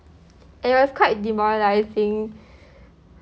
it was quite demoralising